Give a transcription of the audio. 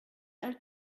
alt